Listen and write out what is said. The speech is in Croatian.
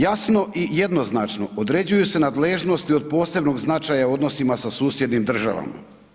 Jasno i jednoznačno određuju se nadležnosti od posebnog značaja u odnosima sa susjednim državama.